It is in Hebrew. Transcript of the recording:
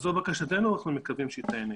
זו בקשתנו ואנחנו מקווים שהיא תיענה.